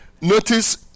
Notice